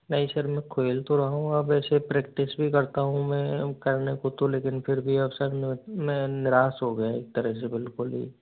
नहीं सर मैं खेल तो रहा हूँ अब ऐसे प्रैक्टिस भी करता हूँ मैं कहने को तो लेकिन फिर भी अब सर मैं निराश हो गया एक तरह से बिल्कुल ही